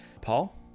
paul